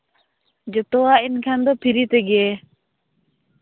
ᱡᱚᱛᱚᱣᱟᱜ ᱮᱱᱠᱷᱟᱱ ᱫᱚ ᱯᱷᱨᱤ ᱛᱮᱜᱮ